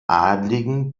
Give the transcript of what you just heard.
adligen